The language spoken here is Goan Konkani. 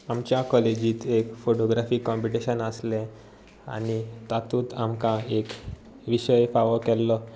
आमच्या कॉलेजींत एक फोटोग्राफी कॉम्पिटिशन आसलें आनी तातूंत आमकां एक विशय फावो केल्लो